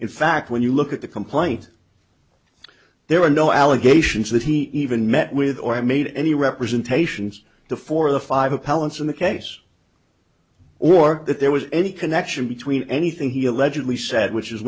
in fact when you look at the complaint there were no allegations that he even met with or made any representations to four or five appellants in the case or that there was any connection between anything he allegedly said which is